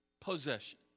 possession